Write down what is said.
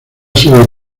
serie